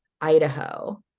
Idaho